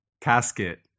casket